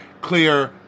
clear